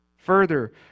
Further